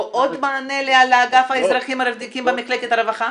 או עוד מענה לאגף לאזרחים ותיקים במחלקת הרווחה?